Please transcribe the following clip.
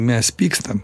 mes pykstam